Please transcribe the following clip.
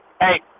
Hey